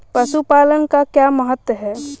पशुपालन का क्या महत्व है?